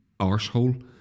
arsehole